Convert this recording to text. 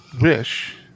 wish